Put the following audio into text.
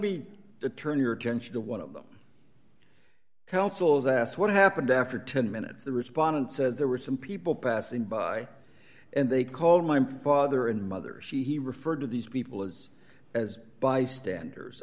me turn your attention to one of the counsels asked what happened after ten minutes the respondent says there were some people passing by and they called my father and mother she he referred to these people as as bystanders